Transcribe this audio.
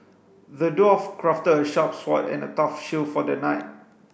the dwarf crafted a sharp sword and a tough shield for the knight